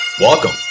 Welcome